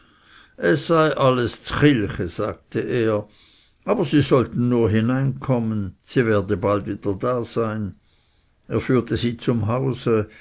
es sei alles zkilche sagte er aber sie sollten nur hineinkommen sie werde bald wieder da sein er führte sie zum hause